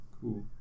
Cool